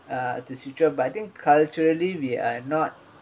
ah to suture but I think culturally we are not